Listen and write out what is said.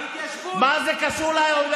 גם הם, ההתיישבות, מה זה קשור להתיישבות?